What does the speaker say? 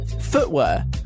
footwear